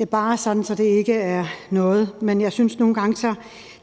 er bare, sådan så det ikke er noget uklart, men jeg synes, at nogle gange